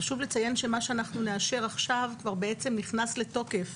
חשוב לציין שמה שאנחנו נאשר עכשיו כבר בעצם נכנס לתוקף,